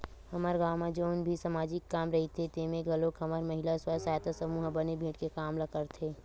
हमर गाँव म जउन भी समाजिक काम रहिथे तेमे घलोक हमर महिला स्व सहायता समूह ह बने भीड़ के काम ल करथे